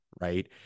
right